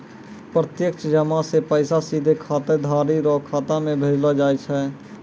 प्रत्यक्ष जमा से पैसा सीधे खाताधारी रो खाता मे भेजलो जाय छै